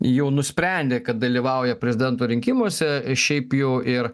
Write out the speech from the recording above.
jau nusprendė kad dalyvauja prezidento rinkimuose šiaip jau ir